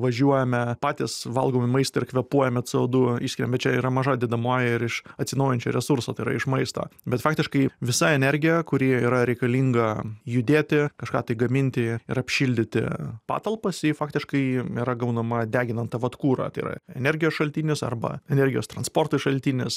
važiuojame patys valgome maistą ir kvėpuojame cė o du išskiriam bet čia yra maža dedamoji ir iš atsinaujinančio resurso tai yra iš maisto bet faktiškai visa energija kuri yra reikalinga judėti kažką tai gaminti ir apšildyti patalpas ji faktiškai yra gaunama deginant tą vat kurą tai yra energijos šaltinis arba energijos transportui šaltinis